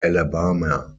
alabama